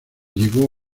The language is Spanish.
llegó